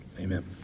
Amen